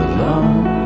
Alone